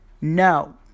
No